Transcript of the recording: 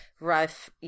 rough